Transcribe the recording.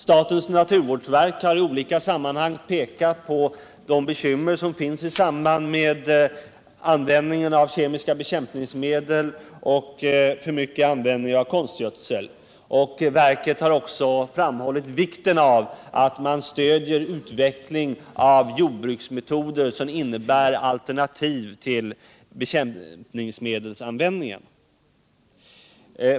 Statens naturvårdsverk har i olika sammanhang pekat på de bekymmer som förorsakas av användningen av kemiska bekämpningsmedel och alltför mycket konstgödsel, och verket har också framhållit vikten av att stödja utvecklandet av sådana jordbruksmetoder som innebär alternativ till bekämpningsmedelsanvändningen.